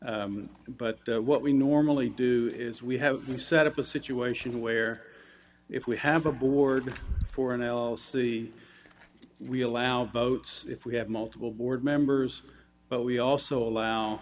agreement but what we normally do is we have set up a situation where if we have a board for an l l c we allow votes if we have multiple board members but we also allow